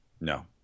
No